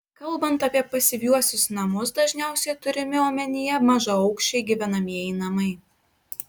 kalbant apie pasyviuosius namus dažniausiai turimi omenyje mažaaukščiai gyvenamieji namai